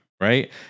right